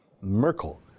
Merkel